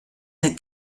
der